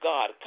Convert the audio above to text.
God